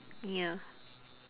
ya